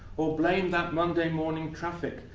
or blame that monday morning traffic,